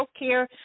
Healthcare